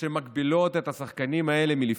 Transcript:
שמגבילות את השחקנים האלה מלפעול,